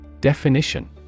Definition